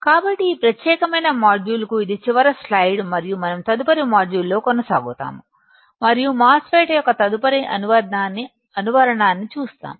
కాబట్టి ఈ ప్రత్యేకమైన మాడ్యూల్కు ఇది చివరి స్లైడ్ మరియు మనం తదుపరి మాడ్యూల్లో కొనసాగుతాము మరియు మాస్ ఫెట్ యొక్క తదుపరి అనువర్తనాన్ని చూస్తాము